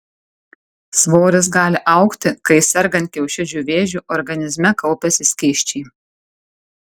svoris gali augti kai sergant kiaušidžių vėžiu organizme kaupiasi skysčiai